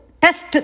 test